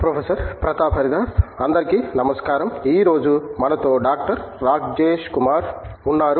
professor Pratap Haridas అందరికీ నమస్కారం ఈ రోజు మనతో డాక్టర్ రాజేష్ కుమార్ ఉన్నారు